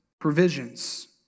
provisions